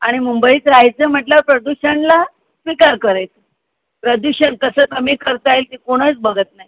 आणि मुंबईत रहायचं म्हटल्यावर प्रदूषणाला स्वीकार करायचं प्रदूषण कसं कमी करता येईल ते कोणीच बघत नाही